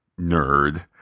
Nerd